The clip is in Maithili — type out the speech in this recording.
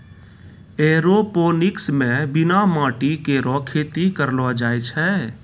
एयरोपोनिक्स म बिना माटी केरो खेती करलो जाय छै